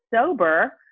sober